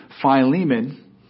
Philemon